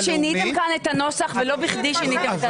אתם שיניתם כאן את הנוסח ולא בכדי שיניתם את הנוסח.